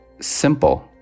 simple